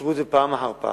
אישרו את זה פעם אחר פעם.